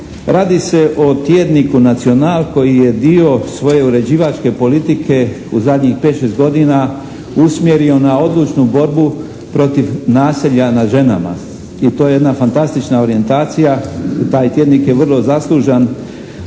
Radi se o tjedniku “Nacional“ koji je dio svoje uređivačke politike u zadnjih pet, šest godina usmjerio na odlučnu borbu protiv nasilja nad ženama i to je jedna fantastična orijentacija i taj tjednik je vrlo zaslužan